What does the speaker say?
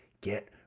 get